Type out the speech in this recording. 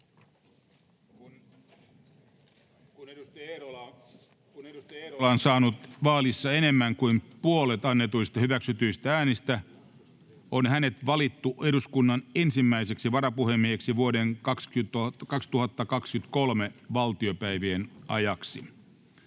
Kun Juho Eerola on saanut vaalissa enemmän kuin puolet annetuista hyväksytyistä äänistä, on hänet valittu eduskunnan ensimmäiseksi varapuhemieheksi vuoden 2023 valtiopäivien ajaksi.